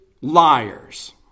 liars